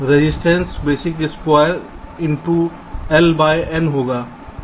resistance basic square in to L by N होगा